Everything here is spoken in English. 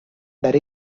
there